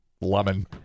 lemon